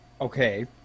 Okay